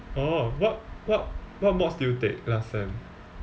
oh what what what mods did you take last sem